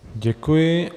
Děkuji.